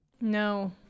no